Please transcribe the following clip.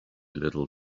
little